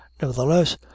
nevertheless